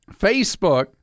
Facebook